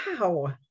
Wow